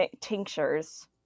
tinctures